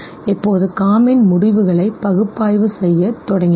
இப்போது காமின்முடிவுகளை பகுப்பாய்வு செய்யத் தொடங்கினார்